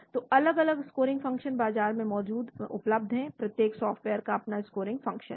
तो अलग अलग स्कोरिंग फंक्शन बाजार में उपलब्ध हैं प्रत्येक सॉफ्टवेयर का अपना स्कोरिंग फंक्शन है